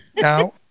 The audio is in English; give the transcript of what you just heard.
Now